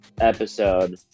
episode